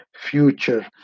future